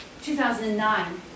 2009